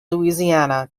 louisiana